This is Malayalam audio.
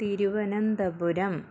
തിരുവനന്തപുരം